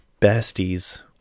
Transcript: besties